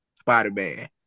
Spider-Man